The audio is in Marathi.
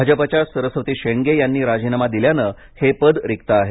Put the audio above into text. भाजपच्या उपमहापौर सरस्वती शेंडगे यांनी राजीनामा दिल्यानं हे पद रिक्त आहे